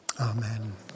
amen